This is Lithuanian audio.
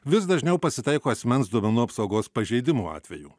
vis dažniau pasitaiko asmens duomenų apsaugos pažeidimų atvejų